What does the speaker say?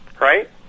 right